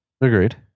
Agreed